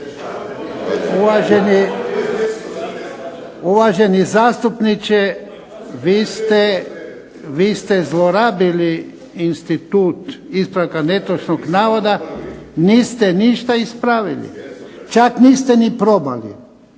Uvaženi zastupniče, vi ste zlorabili institut ispravka netočnog navoda. Niste ništa ispravili. Čak niste ni probali,